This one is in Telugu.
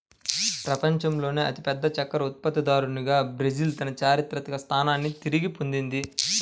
ప్రపంచంలోనే అతిపెద్ద చక్కెర ఉత్పత్తిదారుగా బ్రెజిల్ తన చారిత్రక స్థానాన్ని తిరిగి పొందింది